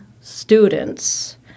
students